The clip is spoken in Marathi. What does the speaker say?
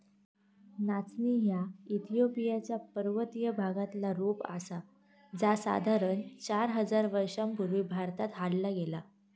नाचणी ह्या इथिओपिया च्या पर्वतीय भागातला रोप आसा जा साधारण चार हजार वर्षां पूर्वी भारतात हाडला गेला